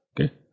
okay